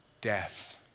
death